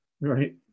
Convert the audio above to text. Right